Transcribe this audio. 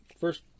first